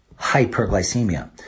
hyperglycemia